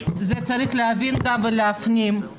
צריך להבין ולהפנים את זה.